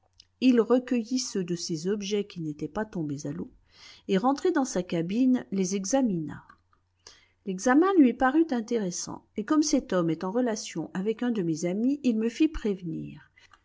il recueillit ceux de ces objets qui n'étaient pas tombés à l'eau et rentré dans sa cabine les examina l'examen lui parut intéressant et comme cet homme est en relations avec un de mes amis il me fit prévenir